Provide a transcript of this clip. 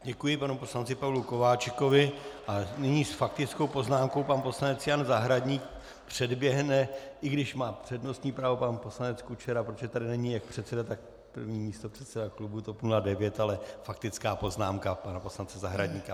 Děkuji panu poslanci Pavlu Kováčikovi a nyní s faktickou poznámkou pan poslanec Jan Zahradník předběhne, i když má přednostní právo pan poslanec Kučera, protože tady není jak předseda, tak první místopředseda klubu TOP 09, ale faktická poznámka pana poslance Zahradníka.